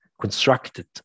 constructed